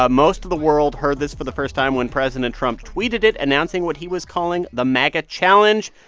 ah most of the world heard this for the first time when president trump tweeted it, announcing what he was calling the maga challenge.